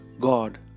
God